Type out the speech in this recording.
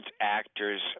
actors